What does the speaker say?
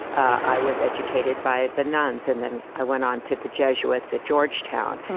i was educated by the nuns, and then i went on to the jesuits at georgetown.